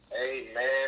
amen